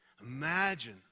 Imagine